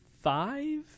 five